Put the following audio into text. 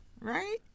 Right